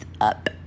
up